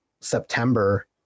September